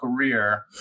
career